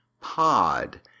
Pod